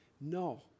no